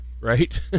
right